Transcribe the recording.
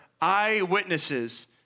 eyewitnesses